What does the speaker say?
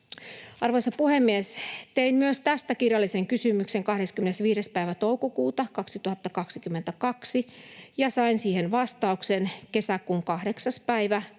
Arvoisa puhemies! Tein myös tästä kirjallisen kysymyksen 25. päivä toukokuuta 2022 ja sain siihen vastauksen kesäkuun 8. päivä